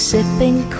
Sipping